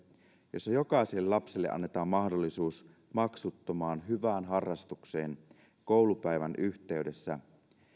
jossa jokaiselle lapselle annetaan mahdollisuus maksuttomaan hyvään harrastukseen koulupäivän yhteydessä